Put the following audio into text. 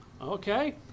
Okay